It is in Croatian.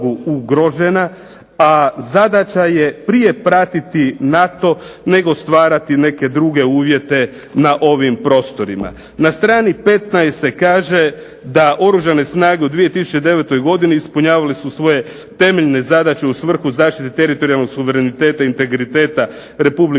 a zadaća je prije pratiti NATO nego stvarati neke druge uvjete na ovim prostorima. Na strani 15. se kaže da Oružane snage u 2009. godini ispunjavale su svoje temeljne zadaće u svrhu zaštite teritorijalnog suvereniteta, integriteta Republike Hrvatske.